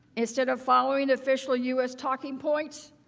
instead of following official u s. talking points,